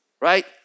right